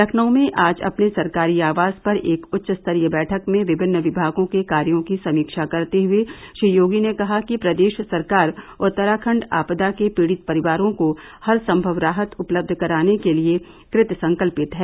लखनऊ में आज अपने सरकारी आवास पर एक उच्चस्तरीय बैठक में विभिन्न विभागों के कार्यों की समीक्षा करते हुए श्री योगी ने कहा कि प्रदेश सरकार उत्तराखण्ड आपदा के पीड़ित परिवारों को हरसम्मव राहत उपलब्ध कराने के लिए कृतसंकल्पित है